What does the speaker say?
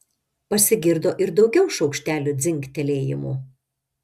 pasigirdo ir daugiau šaukštelių dzingtelėjimų